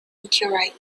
meteorite